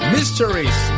Mysteries